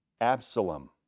Absalom